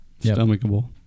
stomachable